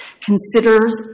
considers